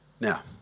Now